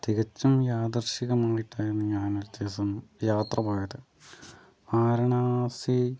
തികച്ചും യാദൃശ്ചികമായിട്ടായിരുന്നു ഞാൻ ഒരു ദിവസം യാത്ര പോയത് വാരണാസി